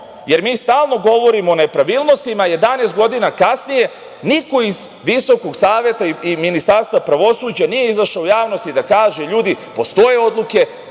jer mi stalno govorimo o nepravilnostima. Jedanaest godina kasnije niko iz Visokog Saveta i Ministarstva pravosuđa nije izašao u javnost i da kaže – ljudi postoje odluke,